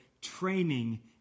training